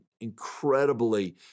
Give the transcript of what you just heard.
incredibly